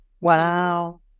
Wow